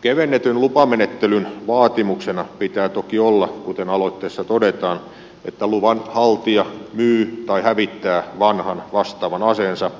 kevennetyn lupamenettelyn vaatimuksena pitää toki olla kuten aloitteessa todetaan että luvan haltija myy tai hävittää vanhan vastaavan aseensa